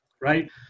right